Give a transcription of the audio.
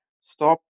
stop